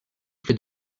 fait